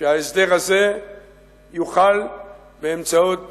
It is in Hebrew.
שההסדר הזה יוחל באמצעות